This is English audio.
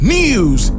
news